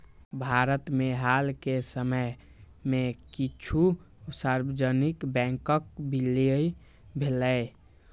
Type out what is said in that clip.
भारत मे हाल के समय मे किछु सार्वजनिक बैंकक विलय भेलैए